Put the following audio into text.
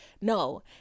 no